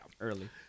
early